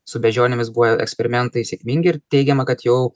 su beždžionėmis buvo eksperimentai sėkmingi ir teigiama kad jau